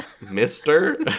Mister